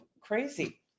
crazy